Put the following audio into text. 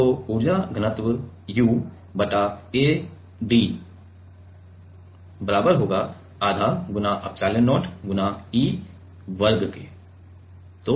तो ऊर्जा घनत्व U बटा A d आधा × एप्सिलॉन0 E वर्ग के बराबर है